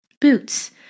Boots